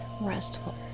restful